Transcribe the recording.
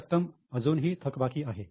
ही रक्कम अजूनही थकबाकी आहे